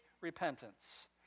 repentance